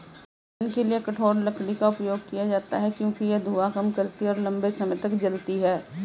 ईंधन के लिए कठोर लकड़ी का उपयोग किया जाता है क्योंकि यह धुआं कम करती है और लंबे समय तक जलती है